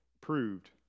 proved